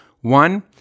One